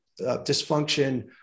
dysfunction